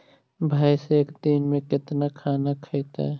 भैंस एक दिन में केतना खाना खैतई?